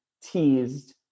teased